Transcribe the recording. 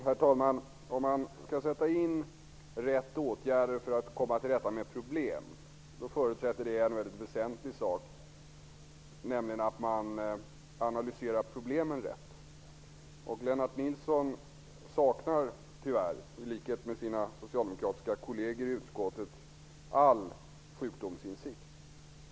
Herr talman! Om man skall sätta in rätt åtgärder för att komma till rätta med ett problem förutsätter det något väsentligt, nämligen att man analyserar problemen rätt. Lennart Nilsson saknar tyvärr, i likhet med sina socialdemokratiska kolleger i utskottet, all sjukdomsinsikt.